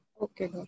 Okay